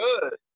good